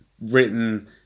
written